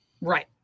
Right